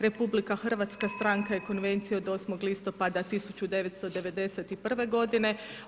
RH stranka je Konvencije od 8. listopada 1991. godine.